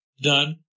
done